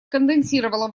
конденсировала